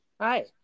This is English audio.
Hi